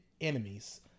enemies